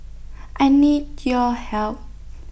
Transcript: I need your help